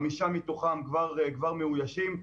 חמישה מתוכם כבר מאוישים.